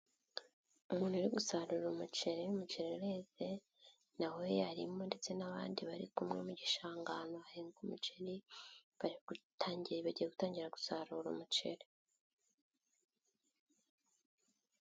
Umuntu uri gusarura umuceri, umuceri ureze nawe arimo ndetse n'abandi bari kumwe mu gishanga ahantu ahantu hahingwa umuceri, bari gutangiye bagiye gutangira gusarura umuceri.